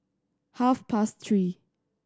half past three